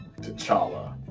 T'Challa